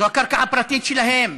זו הקרקע הפרטית שלהם.